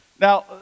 Now